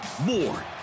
More